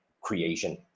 creation